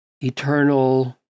eternal